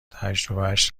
تجربهاش